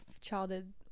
childhood